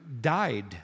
died